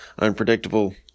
unpredictable